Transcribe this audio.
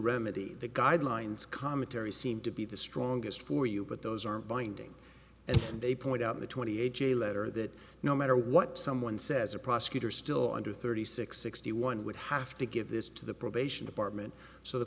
remedy the guidelines cometary seem to be the strongest for you but those are binding and they point out the twenty a j letter that no matter what someone says a prosecutor still under thirty six sixty one would have to give this to the probation department so the